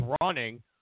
running